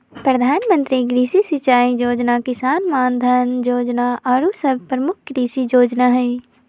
प्रधानमंत्री कृषि सिंचाई जोजना, किसान मानधन जोजना आउरो सभ प्रमुख कृषि जोजना हइ